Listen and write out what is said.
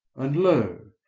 and lo!